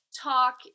talk